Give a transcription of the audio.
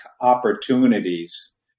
opportunities